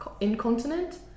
incontinent